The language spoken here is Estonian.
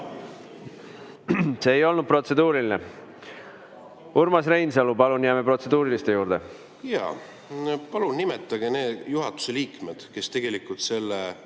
See ei olnud protseduuriline. Urmas Reinsalu, palun! Jääme protseduuriliste juurde. Jaa. Palun nimetage need juhatuse liikmed, kes tegelikult võtsid